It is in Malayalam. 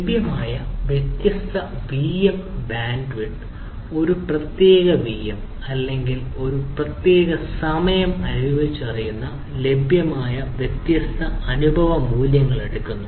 ലഭ്യമായ ഒരു വ്യത്യസ്ത വിഎം ബാൻഡ്വിഡ്ത്ത് ഒരു പ്രത്യേക വിഎം അല്ലെങ്കിൽ ഒരു പ്രത്യേക സമയം അനുഭവിച്ചറിയുന്ന ലഭ്യമായ ലഭ്യമായ വ്യത്യസ്ത അനുഭവ മൂല്യങ്ങൾ എടുക്കുന്നു